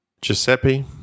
Giuseppe